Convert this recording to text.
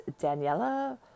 Daniela